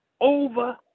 over